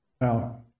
Now